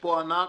שאפו ענק,